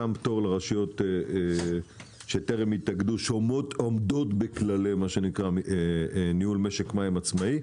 מתן פטור לרשויות שטרם התאגדו ועומדות בכללי ניהול משק מים עצמאי.